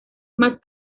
más